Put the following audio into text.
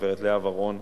הגברת לאה ורון,